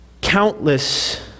countless